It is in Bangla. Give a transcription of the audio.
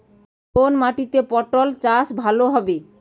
কোন মাটিতে পটল চাষ ভালো হবে?